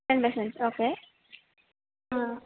okay ആ